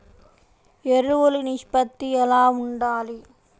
ఎరువులు నిష్పత్తి ఎలా ఉండాలి?